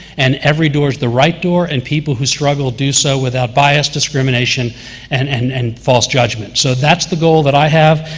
and every door is the right door, and people who struggle do so without bias, discrimination and and and false judgment. so that's the goal that i have.